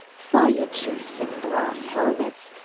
fire chiefs in brass helmets,